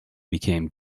became